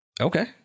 Okay